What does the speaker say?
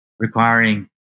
requiring